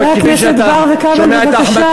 חברי הכנסת בר וכבל,